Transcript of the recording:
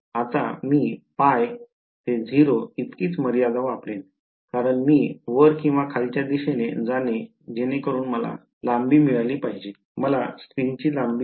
आता मी pi ते 0 इतकीच मर्यादा वापरेन कारण मी वर किंवा खालच्या दिशेने जावे जेणेकरुन मला लांबी मिळाली पाहिजे मला स्ट्रिंगची लांबी मिळेल